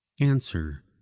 answer